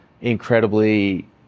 incredibly